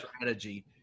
strategy